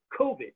COVID